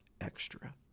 extra